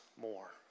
more